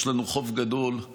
יש לנו חוב גם לאהוביה,